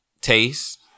Taste